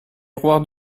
miroir